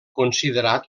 considerat